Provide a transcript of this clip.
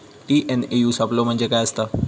TNAU सापलो म्हणजे काय असतां?